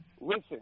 Listen